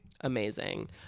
Amazing